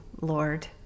Lord